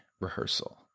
rehearsal